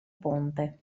ponte